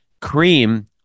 cream